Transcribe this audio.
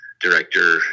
director